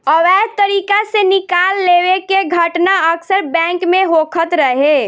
अवैध तरीका से निकाल लेवे के घटना अक्सर बैंक में होखत रहे